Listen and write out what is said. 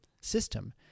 system